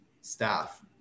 staff